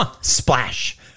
Splash